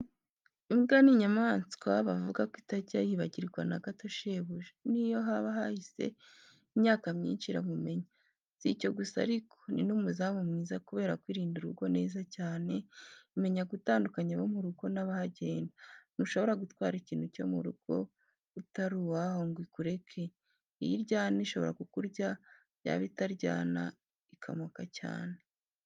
Imbwa ni inyamanswa bavuga ko itajya yibagirwa na gato shebuja. Ni yo haba hahise imyaka myinshi iramumenya. Si icyo gusa ariko, ni n'umuzamu mwiza kubera ko irinda urugo neza cyane. Imenya gutandukanya abo mu rugo n'abahagenda. Ntushobora gutwara ikintu cyo mu rugo utari uwaho ngo ikureke. Iyo iryana ishobora ku kurya, yaba itaryana ikamoka cyane.